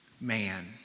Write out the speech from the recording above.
man